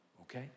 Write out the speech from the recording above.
Okay